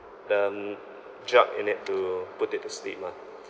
the drug in it to put it to sleep lah